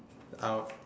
out